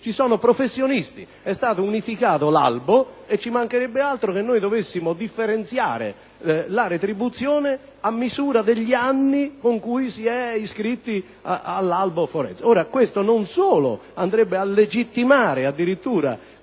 ci sono professionisti; è stato unificato l'albo: ci mancherebbe altro che noi dovessimo differenziare la retribuzione prendendo a misura egli anni di iscrizione all'albo forense.